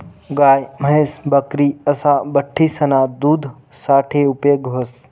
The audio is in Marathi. गाय, म्हैस, बकरी असा बठ्ठीसना दूध साठे उपेग व्हस